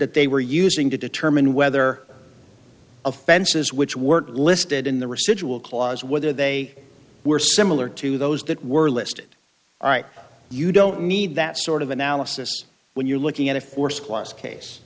that they were using to determine whether offenses which weren't listed in the residual clause whether they were similar to those that were listed right you don't need that sort of analysis when you're looking at a force class case